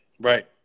right